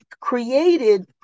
created